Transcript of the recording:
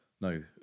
No